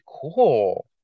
cool